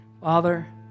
Father